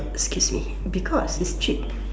excuse me because it's cheap